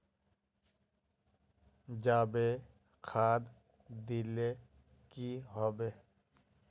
जाबे खाद दिले की होबे?